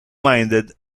minded